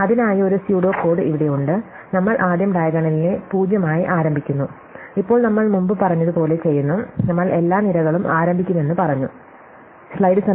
അതിനായി ഒരു pseudo code ഇവിടെയുണ്ട് നമ്മൾ ആദ്യം ഡയഗണലിനെ 0 ആയി ആരംഭിക്കുന്നു ഇപ്പോൾ നമ്മൾ മുമ്പ് പറഞ്ഞതുപോലെ ചെയ്യുന്നു നമ്മൾ എല്ലാ നിരകളും ആരംഭിക്കുമെന്ന് പറഞ്ഞു സമയം കാണുക 1315